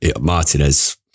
Martinez